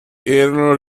erano